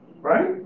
right